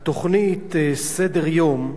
התוכנית ״סדר יום״,